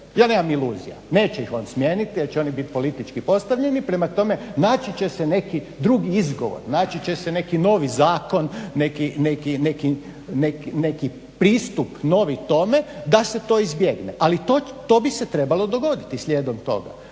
ja nemam iluzija, neće ih on smijeniti jer će oni bit politički postavljeni, prema tome naći će se neki drugi izgovor, naći će se neki novi zakon, neki pristup novi tome da se to izbjegne, ali to bi se trebalo dogoditi slijedom toga.